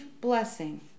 blessing